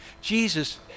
Jesus